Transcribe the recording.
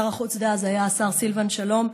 שר החוץ דאז היה השר סילבן שלום,